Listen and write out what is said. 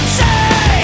say